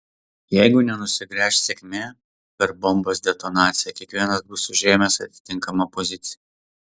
jeigu nenusigręš sėkmė per bombos detonaciją kiekvienas bus užėmęs atitinkamą poziciją